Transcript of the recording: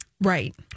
Right